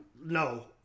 no